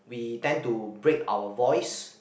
we tend to break our voice